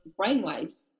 brainwaves